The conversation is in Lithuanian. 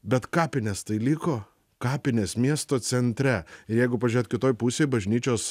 bet kapinės tai liko kapinės miesto centre ir jeigu pažiūrėt kitoj pusėj bažnyčios